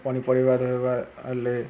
ପନିପରିବା ଧୋଇବା ହେଲେ